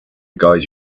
guide